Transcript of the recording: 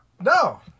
No